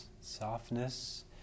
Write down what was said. softness